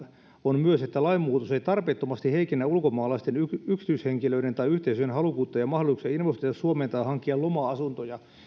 on myös että lainmuutos ei tarpeettomasti heikennä ulkomaalaisten yksityishenkilöiden tai yhteisöjen halukkuutta ja mahdollisuuksia investoida suomeen tai hankkia loma asuntoja